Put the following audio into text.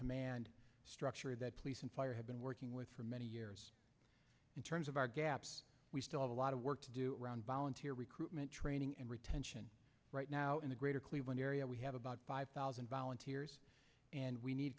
command structure that have been working with for many years in terms of our gaps we still have a lot of work to do around volunteer recruitment training and retention right now in the greater cleveland area we have about five thousand volunteers and we need